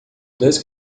dois